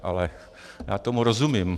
Ale já tomu rozumím.